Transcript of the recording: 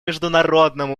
международном